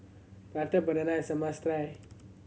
Prata Banana is a must try